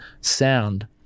sound